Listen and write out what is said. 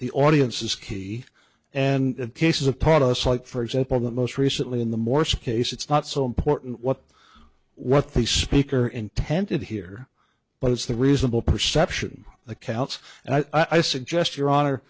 the audience is key and cases of taught us like for example that most recently in the morse case it's not so important what what the speaker intended here but it's the reasonable perception that counts i suggest your